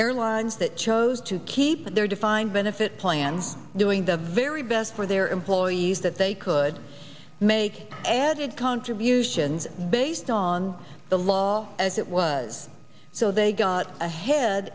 airlines that chose to keep their defined benefit plan doing the very best for their employees that they could make added contributions based on the law as it was so they got ahead